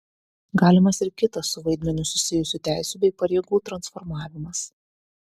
galimas ir kitas su vaidmeniu susijusių teisių bei pareigų transformavimas